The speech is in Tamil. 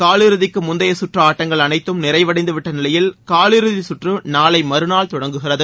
காலியிறுதிக்கு முந்தைய சுற்று ஆட்டங்கள் அனைத்தும் நிறைவடைந்து விட்ட நிலையில் காலியிறுதி சுற்று நாளை மறுநாள் தொடங்குகிறது